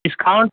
discount